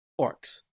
orcs